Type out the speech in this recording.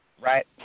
right